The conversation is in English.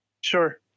sure